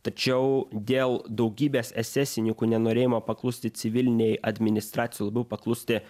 tačiau dėl daugybės esesininkų nenorėjimo paklusti civilinei administracijai labiau paklusti